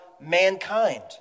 mankind